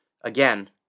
again